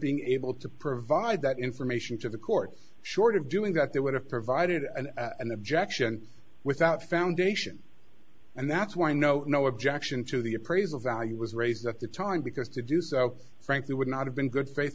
being able to provide that information to the court short of doing that they would have provided an objection without foundation and that's why no no objection to the appraisal value was raised at the time because to do so frankly would not have been good